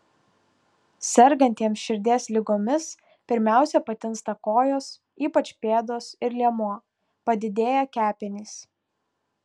sergantiems širdies ligomis pirmiausia patinsta kojos ypač pėdos ir liemuo padidėja kepenys